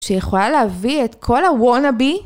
שיכולה להביא את כל הוואנאבי